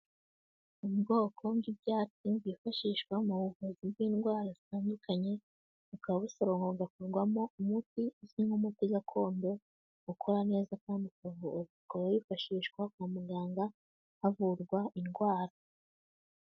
Ubwoko bw'ibyatsi bwifashishwa mu buvuzi bw'indwara zitandukanye, bukaba busoromwa bugakorwamo umuti uzwi nk'umuti gakondo ukora neza kandi ukavura, ukaba wifashishwa kwa muganga havurwa indwara.